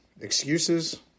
excuses